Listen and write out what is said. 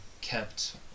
kept